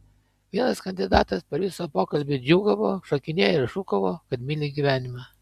vienas kandidatas per visą pokalbį džiūgavo šokinėjo ir šūkavo kad myli gyvenimą